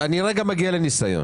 אני מגיע לניסיון.